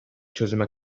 çözüme